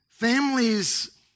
Families